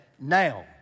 now